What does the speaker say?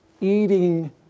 eating